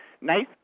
nice